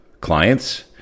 clients